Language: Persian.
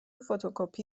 فتوکپی